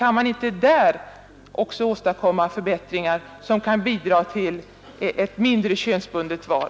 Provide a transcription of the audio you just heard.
Kan man inte också där åstadkomma förbättringar, som kan bidra till ett mindre könsbundet val?